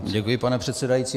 Děkuji, pane předsedající.